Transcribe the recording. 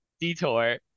detour